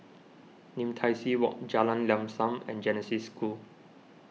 Lim Tai See Walk Jalan Lam Sam and Genesis School